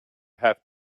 have